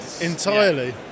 entirely